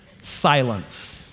Silence